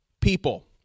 people